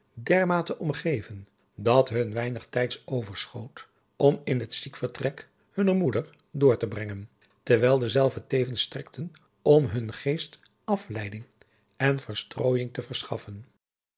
dermate omgeven dat hun weinig tijds overschoot om in het ziekvertrek hunner moeder door te brengen terwijl dezelve tevens strekten om hunn geest afleiding en verstrooijing te verschaffen